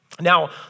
Now